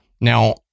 Now